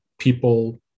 people